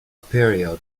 period